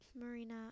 Marina